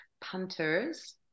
Punters